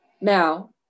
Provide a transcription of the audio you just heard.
Now